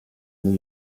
new